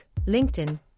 LinkedIn